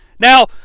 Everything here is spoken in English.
Now